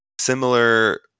similar